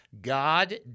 God